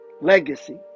Legacy